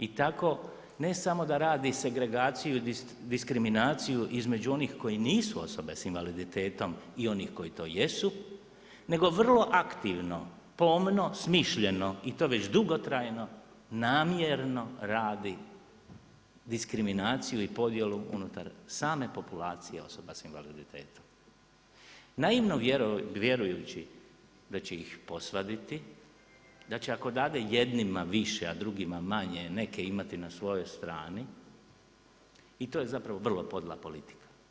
I tako ne samo da radi segregaciju i diskriminaciju između onih koji nisu osobe s invaliditetom i onih koji to jesu nego vrlo aktivno pomno smišljeno i to već dugotrajno namjerno radi diskriminaciju i podjelu unutar same populacije osoba s invaliditetom, naivno vjerujući da će ih posvaditi, da će ako dade jednima više, a drugima manje neke imati na svojoj strani i to je zapravo vrlo podla politika.